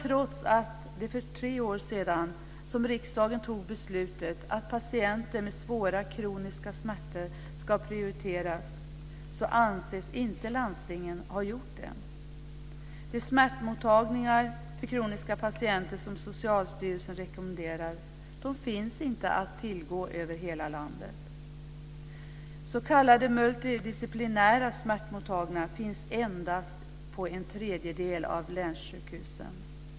Trots att det är tre år sedan riksdagen fattade beslutet att patienter med svåra kroniska sjukdomar ska prioriteras anses landstingen inte ha gjort det. De smärtmottagningar för patienter med kroniska sjukdomar som Socialstyrelsen rekommenderar finns inte att tillgå över hela landet. S.k. multidisciplinära smärtmottagningar finns endast på en tredjedel av länssjukhusen.